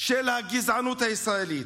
של הגזענות הישראלית.